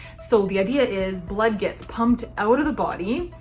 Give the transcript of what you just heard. so the idea is blood gets pumped out of the body,